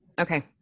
Okay